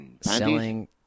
Selling